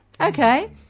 Okay